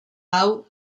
hau